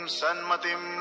Sanmatim